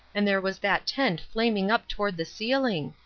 and there was that tent flaming up toward the ceiling!